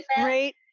great